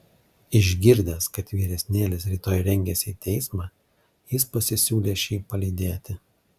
išgirdęs kad vyresnėlis rytoj rengiasi į teismą jis pasisiūlė šį palydėti